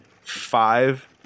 five